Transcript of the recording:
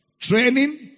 Training